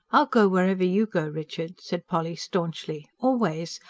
i'll go wherever you go, richard, said polly staunchly. always.